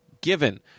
given